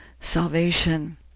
salvation